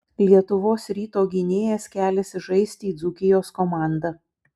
lietuvos ryto gynėjas keliasi žaisti į dzūkijos komandą